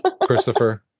Christopher